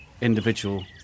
individual